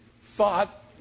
thought